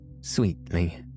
sweetly